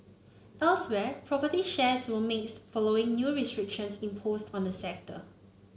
elsewhere property shares were mixed following new restrictions imposed on the sector